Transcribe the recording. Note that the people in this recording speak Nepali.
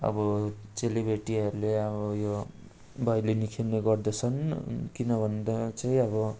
अब चेलीबेटीहरूले अब यो भैलेनी खेल्ने गर्दछन् अनि किन भन्दा चाहिँ अब